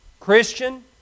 Christian